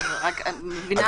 רק אני מבינה עכשיו את העיקרון.